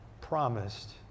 promised